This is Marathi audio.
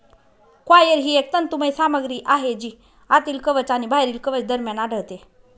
कॉयर ही एक तंतुमय सामग्री आहे जी आतील कवच आणि बाहेरील कवच दरम्यान आढळते